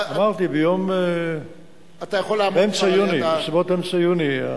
אמרתי, בסביבות אמצע יוני.